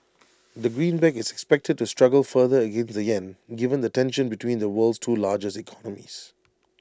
the greenback is expected to struggle further against the Yen given the tension between the world's two largest economies